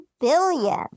billion